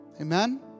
Amen